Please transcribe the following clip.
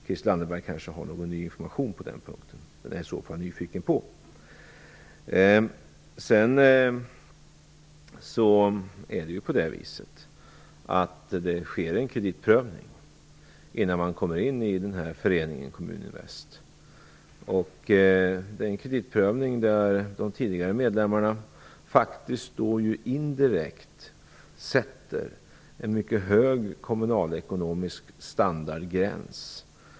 Christel Anderberg kanske har någon ny information på den punkten. Den är jag i så fall nyfiken på. Det sker en kreditprövning innan man kommer in i denna förening, Kommuninvest. Det är en kreditprövning där de tidigare medlemmarna faktiskt indirekt sätter en mycket hög kommunalekonomisk standardgräns.